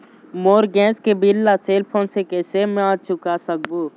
मोर gas के bill ला cell phone से कैसे म चुका सकबो?